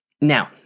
Now